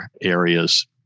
areas